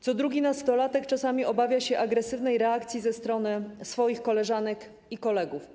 Co drugi nastolatek czasami obawia się agresywnej reakcji ze strony swoich koleżanek i kolegów.